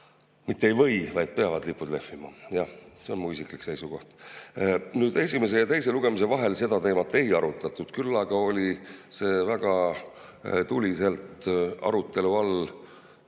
mitte ei või, vaid peavad lipud lehvima. Jah, see on mu isiklik seisukoht. Esimese ja teise lugemise vahel seda teemat ei arutatud, küll aga oli see väga tuliselt arutelu all esimesel